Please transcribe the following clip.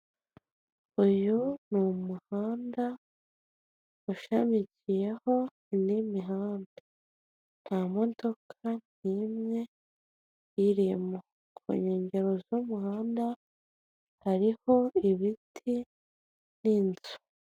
Uyu ni umuhanda ushamikiyeho indi mihanda. Nta modoka n'imwe irimo. Ku nkengero z'umuhanda hariho ibiti n'inzu.